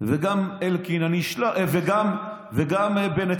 וגם בנט.